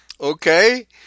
Okay